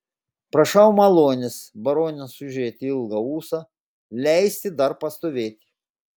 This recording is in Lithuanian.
prašau malonės baronas užrietė ilgą ūsą leisti dar pastovėti